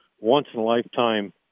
once-in-a-lifetime